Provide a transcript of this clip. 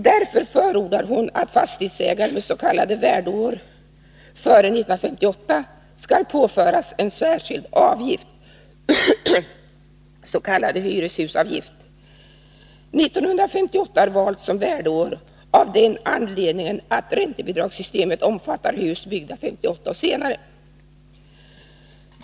Därför förordar hon att fastighetsägare med s.k. värdeår före 1958 skall påföras en särskild avgift, s.k. hyreshusavgift. 1958 har valts som värdeår av den anledningen att räntebidragssystemet omfattar hus byggda 1958 och senare.